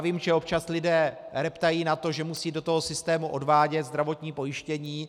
Vím, že občas lidé reptají na to, že musí do toho systému odvádět zdravotní pojištění.